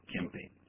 campaign